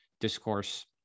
discourse